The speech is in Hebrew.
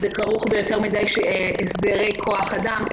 זה כרוך ביותר מדי הסדרי כוח אדם,